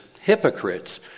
hypocrites